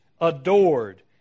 adored